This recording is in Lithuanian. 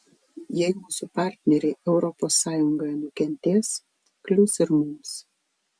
jei mūsų partneriai europos sąjungoje nukentės klius ir mums